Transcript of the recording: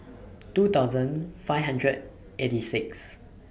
two thousand five hundred eighty six